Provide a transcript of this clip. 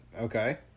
Okay